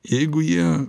jeigu jie